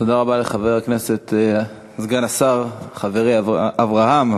תודה רבה לחבר הכנסת, סגן השר, חברי אבי וורצמן.